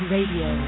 Radio